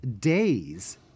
days